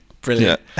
Brilliant